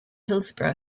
hillsboro